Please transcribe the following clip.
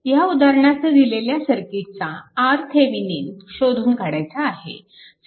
ह्या उदाहरणात दिलेल्या सर्किटचा RThevenin शोधून काढायचा आहे